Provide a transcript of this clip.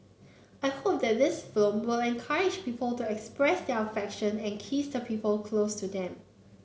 I hope that this film will encourage people to express their affection and kiss the people close to them